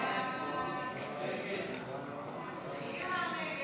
ההצעה להעביר